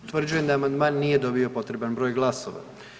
Utvrđujem da amandman nije dobio potreban broj glasova.